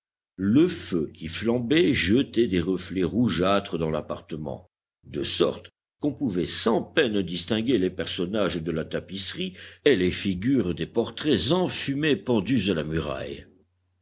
le feu qui flambait jetait des reflets rougeâtres dans l'appartement de sorte qu'on pouvait sans peine distinguer les personnages de la tapisserie et les figures des portraits enfumés pendus à la muraille